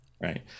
right